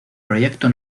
proyecto